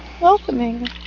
welcoming